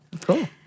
Cool